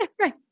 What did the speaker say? Right